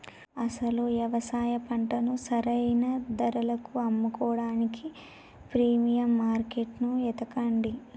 అసలు యవసాయ పంటను సరైన ధరలకు అమ్ముకోడానికి ప్రీమియం మార్కేట్టును ఎతకండి